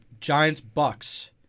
Giants-Bucks